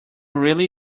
really